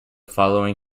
following